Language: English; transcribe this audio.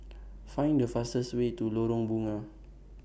Find The fastest Way to Lorong Bunga